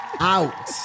Out